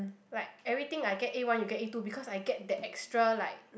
like everything I get A one you get A two because I get the extra like